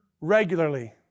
regularly